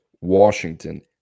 Washington